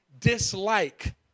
Dislike